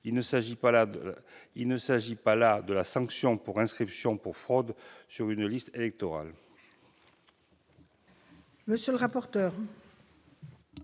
Il ne s'agit pas là de la sanction pour inscription pour fraude sur une liste électorale.